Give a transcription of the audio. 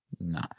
No